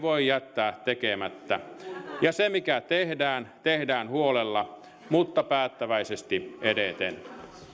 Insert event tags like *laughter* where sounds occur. *unintelligible* voi jättää tekemättä ja se mikä tehdään tehdään huolella mutta päättäväisesti edeten